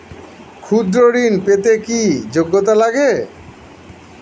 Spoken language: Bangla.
ক্ষুদ্র ঋণ পেতে কি যোগ্যতা লাগে?